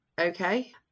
okay